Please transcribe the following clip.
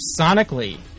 sonically